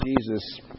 Jesus